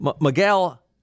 Miguel